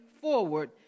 forward